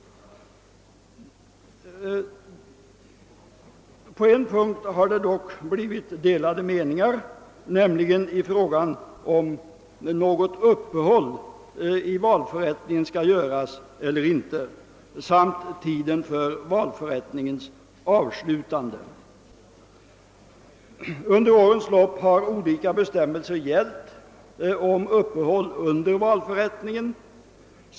På en punkt har det dock uppstått delade meningar, nämligen när det gäller frågan huruvida man skall göra något uppehåll i valförrättningen eller inte samt när det gäller tiden för valförrättningens avslutande. Under årens lopp har olika bestämmelser gällt om uppehåll under valförrättningen.